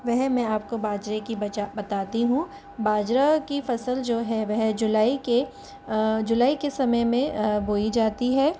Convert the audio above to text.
वह मैं आपको बाजरे की बचा बताती हूँ बाजरा की फ़सल जो है वह जुलाई के जुलाई के समय में बोई जाती है